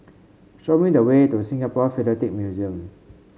show me the way to Singapore Philatelic Museum